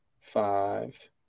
five